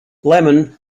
lemon